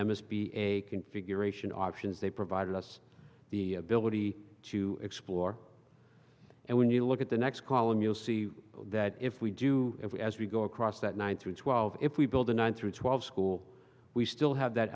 a configuration options they provided us the ability to explore and when you look at the next column you'll see that if we do as we go across that one through twelve if we build a nine through twelve school we still have that